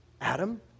Adam